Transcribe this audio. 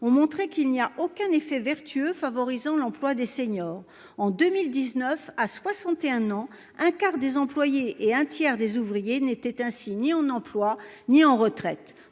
ont montré qu'il n'y a aucun effet vertueux favorisant l'emploi des seniors en 2019 à 61 ans, un quart des employées et un tiers des ouvriers n'étaient ainsi ni en emploi, ni en retraite